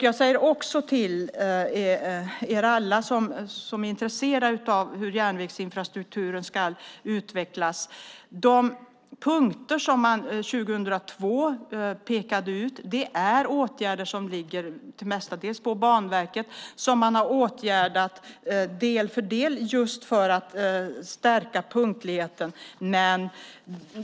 Jag säger till er alla som är intresserade av hur järnvägsinfrastrukturen ska utvecklas att de punkter som år 2002 pekades ut, åtgärder som mestadels ligger på Banverket, har beaktats för att förbättra punktligheten.